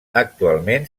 actualment